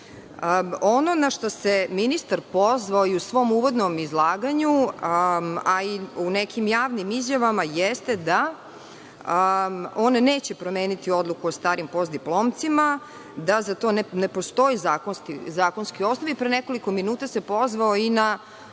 na šta se ministar pozvao i u svom uvodnom izlaganju, a i u nekim javnim izjavama jeste da on neće promeniti odluku o starim posdiplocima, da za to ne postoji zakonski osnov i pre nekoliko minuta se pozvao i na